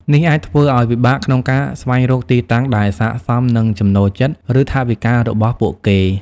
នេះអាចធ្វើឲ្យពិបាកក្នុងការស្វែងរកទីតាំងដែលស័ក្តិសមនឹងចំណូលចិត្ត ឬថវិការបស់ពួកគេ។